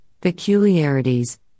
peculiarities